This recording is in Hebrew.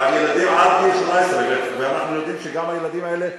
ועל ילדים עד גיל 18. ואנחנו יודעים שגם הילדים האלה,